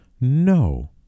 No